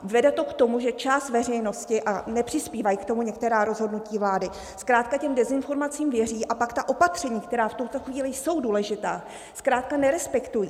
Vede to k tomu, že část veřejnosti, a nepřispívají k tomu některá rozhodnutí vlády, zkrátka těm dezinformacím věří, a pak ta opatření, která v tuto chvíli jsou důležitá, zkrátka nerespektují.